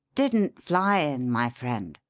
didn't fly in, my friend,